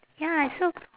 ya it's so